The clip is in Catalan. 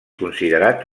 considerat